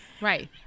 Right